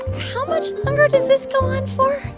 how much longer does this go on for?